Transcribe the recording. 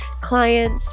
clients